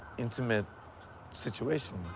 intimate situation.